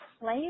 play